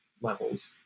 levels